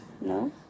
No